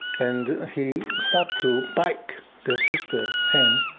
and he starts to bite the sister's hand